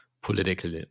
political